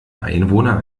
einwohner